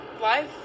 life